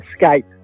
escape